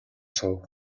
суув